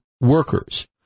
workers